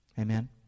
Amen